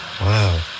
Wow